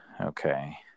Okay